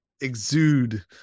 exude